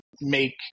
make